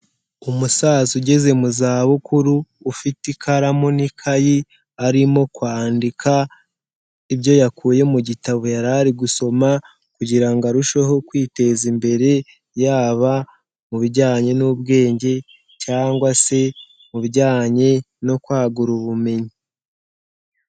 Umusaza ugeze mu zabukuru, ufite ikaramu n'ikayi arimo kwandika ibyo yakuye mu gitabo yari ari gusoma kugira ngo arusheho kwiteza imbere, yaba mu bijyanye n'ubwenge cyangwa se mu bijyanye no kwagura ubumenyi.